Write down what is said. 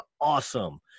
Awesome